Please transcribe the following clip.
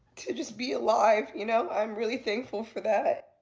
to just be alive. you know i'm really thankful for that.